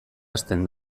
hasten